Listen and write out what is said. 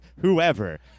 whoever